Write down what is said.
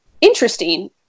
interesting